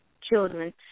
children